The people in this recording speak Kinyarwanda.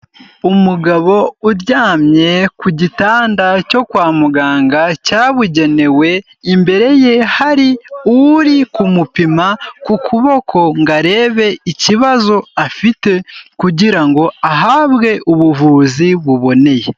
Umugabo uryamye ku gitanda cyo kwa muganga cyabugenewe, imbere ye hari uri kumupima ku kuboko ngo arebe ikibazo afite kugira ngo ahabwe ubuvuzi buboneye.